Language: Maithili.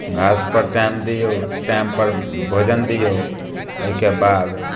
घासपर टाइम दिऔ टाइमपर भोजन दिऔ ओहिके बाद